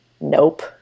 nope